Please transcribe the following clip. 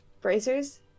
bracers